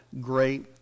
great